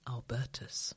Albertus